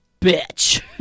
bitch